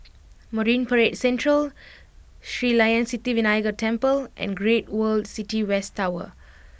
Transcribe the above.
Marine Parade Central Sri Layan Sithi Vinayagar Temple and Great World City West Tower